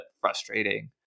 frustrating